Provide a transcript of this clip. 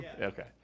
Okay